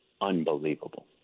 unbelievable